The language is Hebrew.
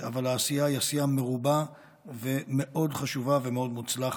אבל העשייה היא עשייה מרובה ומאוד חשובה ומאוד מוצלחת.